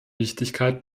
wichtigkeit